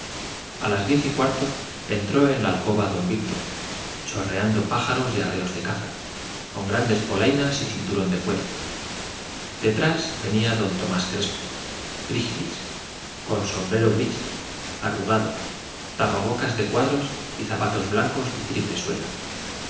a las diez y cuarto entró en la alcoba don víctor chorreando pájaros y arreos de caza con grandes polainas y cinturón de cuero detrás venía don tomás crespo frígilis con sombrero gris arrugado tapabocas de cuadros y zapatos blancos de triple suela